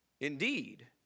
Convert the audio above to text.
Indeed